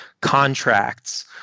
contracts